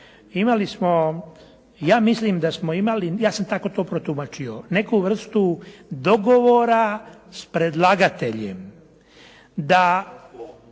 imali smo, ja mislim da smo imali, ja sam tako to protumačio, neku vrstu dogovora s predlagateljem da